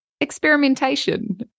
experimentation